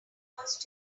almost